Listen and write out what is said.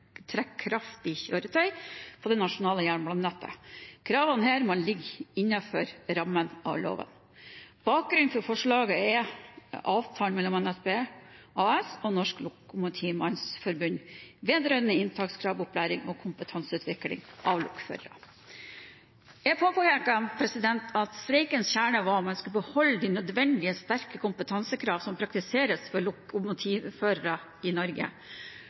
på det nasjonale jernbanenettet. Kravene her må ligge innenfor rammen av loven. Bakgrunnen for forslaget er avtalen mellom NSB AS og Norsk Lokomotivmannsforbund vedrørende inntakskrav, opplæring og kompetanseutvikling for lokomotivførere. Jeg påpeker at streikens kjerne var om man skulle beholde de nødvendige, sterke kompetansekrav som praktiseres for lokomotivførere i Norge.